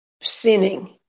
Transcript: sinning